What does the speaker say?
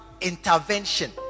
intervention